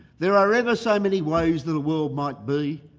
there are ever so many ways that a world might be,